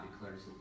declares